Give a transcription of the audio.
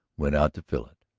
went out to fill it.